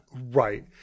Right